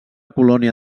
colònia